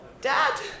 Dad